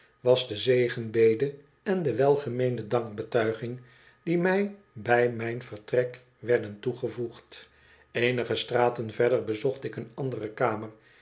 was de zegenbede en de welgemeende dankbetuiging die mij bij mijn vertrek werden toegevoegd eenige straten verder bezocht ik een andere kamer